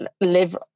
live